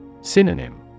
Synonym